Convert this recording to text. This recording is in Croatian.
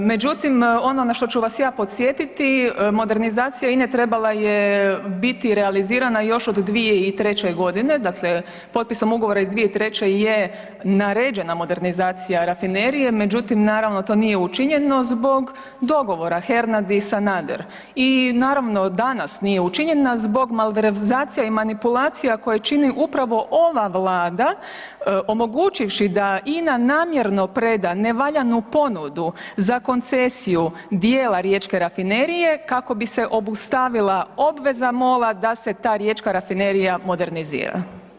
Međutim, ono na što ću vas ja podsjetiti, modernizacija INE trebala je biti realizirana još od 2003. godine, dakle potpisom ugovora iz 2003. i je naređena modernizacija rafinerije međutim naravno to nije učinjeno zbog dogovora Hernadi-Sanader i naravno danas nije učinjena zbog malverzacija i malverzacija koje čini upravo ova Vlada omogućivši da INA namjerno preda nevaljanu ponudu za koncesiju dijela riječke rafinerije kako bi se obustavila obveza MOL-a da se ta riječka rafinerija modernizira.